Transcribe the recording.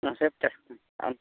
ᱢᱟᱥᱮ ᱦᱤᱥᱟᱹᱵᱽᱢᱮ ᱟᱢ